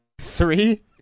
Three